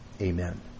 Amen